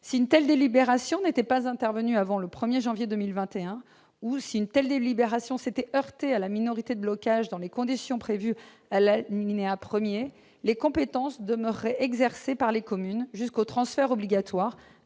Si une telle délibération n'était pas intervenue avant le 1 janvier 2021 ou s'était heurtée à la minorité de blocage dans les conditions prévues à l'alinéa 1, les compétences demeureraient exercées par les communes jusqu'au transfert obligatoire